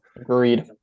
Agreed